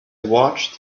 watched